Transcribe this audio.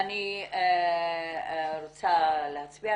אני רוצה להצביע.